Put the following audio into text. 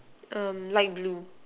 um light blue